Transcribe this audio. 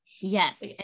Yes